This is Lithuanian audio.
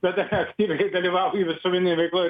bet dar aktyviai dalyvauju visuomeninėj veikloj ir